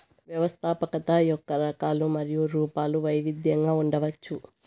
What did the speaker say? వ్యవస్థాపకత యొక్క రకాలు మరియు రూపాలు వైవిధ్యంగా ఉండవచ్చు